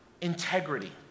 integrity